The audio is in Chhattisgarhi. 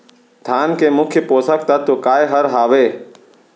धान के मुख्य पोसक तत्व काय हर हावे?